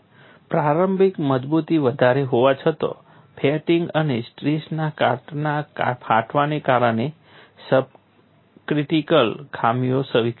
પ્રારંભિક મજબૂતી વધારે હોવા છતાં ફેટિગ અને સ્ટ્રેસના કાટના ફાટવાને કારણે સબક્રિટિકલ ખામીઓ વિકસી હતી